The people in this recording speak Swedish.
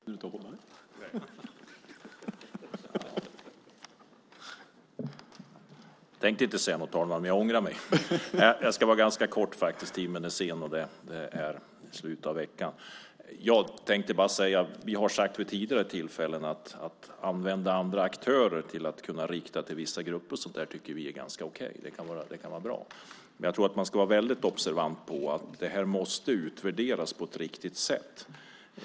Herr talman! Jag hade inte tänkt säga något, men jag ångrade mig. Men jag ska vara ganska kortfattad. Vi har vid tidigare tillfällen sagt att vi tycker att det är ganska okej att använda andra aktörer för att rikta detta till vissa grupper. Det kan vara bra. Men jag tror att man ska vara väldigt observant på att detta måste utvärderas på ett riktigt sätt.